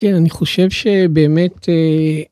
כן אני חושב שבאמת.